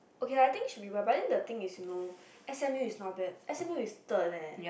okay lah I think should be able lah but but the thing is no s_m_u is not bad s_m_u is third leh